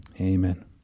Amen